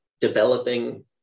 developing